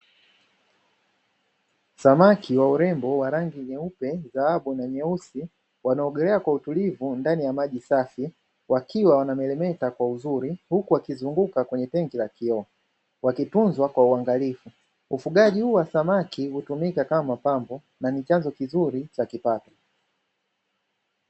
Samaki wa urembo wa rangi nyeupe, dhahabu na nyeusi wanaogelea kwa utulivu ndani ya maji safi, wakiwa wanameremeta kwa uzuri huku wakizunguka kwenye tenki la kioo wakitunzwa kwa uangalifu. Ufugaji huu wa samaki hutumika kama pambo na chanzo kizuri cha kipato.